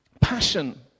passion